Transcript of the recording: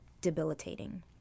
debilitating